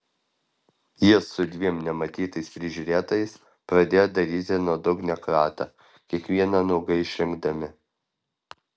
jis su dviem nematytais prižiūrėtojais pradėjo daryti nuodugnią kratą kiekvieną nuogai išrengdami